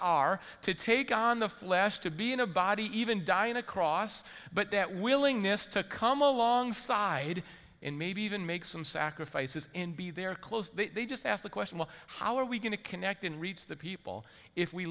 are to take on the flesh to be in a body even die in a cross but that willingness to come alongside and maybe even make some sacrifices in be there close they just ask the question well how are we going to connect and reach the people if we